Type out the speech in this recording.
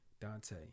Dante